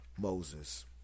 Moses